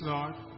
Lord